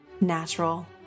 natural